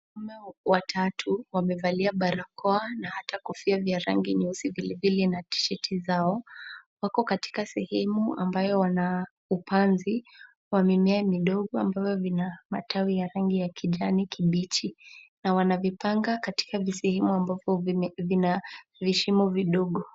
Wanaume watatu wamevalia barakoa na hata kofia vya rangi vile vile na tisheti zao. Wako katika sehemu ambayo wana upanzi wa mimea midogo ambavyo vina matawi ya rangi ya kijani kibichi na wanavipanga katika sehemu ambapo vina vishimo vidogo